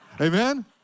Amen